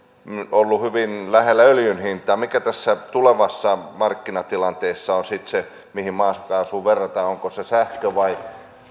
ollut hyvin lähellä öljyn hintaa mikä tulevassa markkinatilanteessa on sitten se mihin maakaasua verrataan onko se sähkö vai